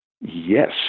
yes